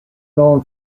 known